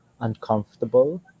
uncomfortable